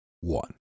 one